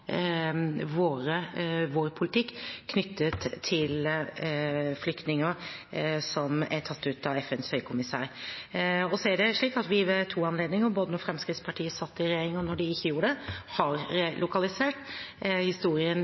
vår politikk knyttet til flyktninger som er tatt ut av FNs høykommissær. Så er det slik at vi ved to anledninger, både da Fremskrittspartiet satt i regjering, og da de ikke gjorde det, har relokalisert. Historien